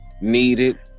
needed